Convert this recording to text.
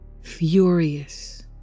furious